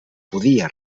podia